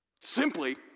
simply